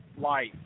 life